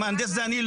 המהנדס זה אני,